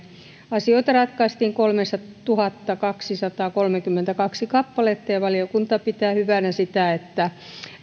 asioita ratkaistiin kolmetuhattakaksisataakolmekymmentäkaksi kappaletta ja valiokunta pitää hyvänä sitä että